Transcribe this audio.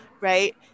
Right